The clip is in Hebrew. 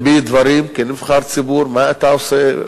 מה שאנחנו נוגעים, ומה שאני אפרסם,